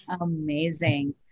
Amazing